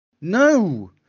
no